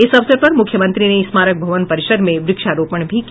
इस अवसर पर मुख्यमंत्री ने स्मारक भवन परिसर में वृक्षारोपण भी किया